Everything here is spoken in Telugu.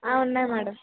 ఉన్నాయి మేడం